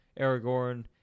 Aragorn